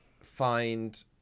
find